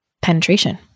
penetration